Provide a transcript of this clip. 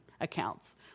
accounts